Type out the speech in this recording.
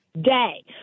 day